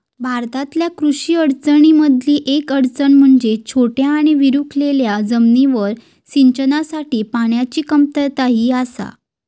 भारतातल्या कृषी अडचणीं मधली येक अडचण म्हणजे छोट्या आणि विखुरलेल्या जमिनींवर सिंचनासाठी पाण्याची कमतरता ही आसा